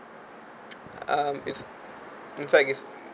um it's in fact it's